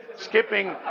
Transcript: skipping